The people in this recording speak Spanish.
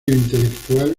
intelectual